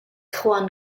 juan